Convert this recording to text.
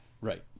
Right